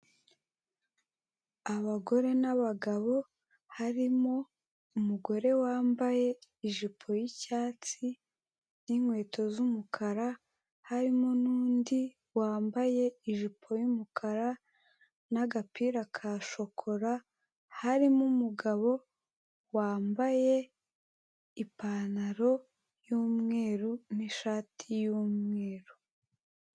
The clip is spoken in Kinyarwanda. Abagore n'abagabo harimo umugore wambaye ijipo y'icyatsi n'inkweto z'umukara, harimo n'undi wambaye ijipo y'umukara n'agapira ka shokora, harimo umugabo wambaye ipantaro y'umweru n'ishati y'umweru.